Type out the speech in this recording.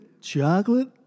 chocolate